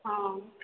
ହଁ